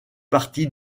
partie